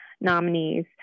nominees